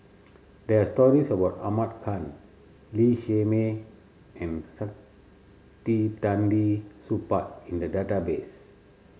there are stories about Ahmad Khan Lee Shermay and Supaat in the database